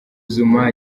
zuma